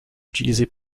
utilisé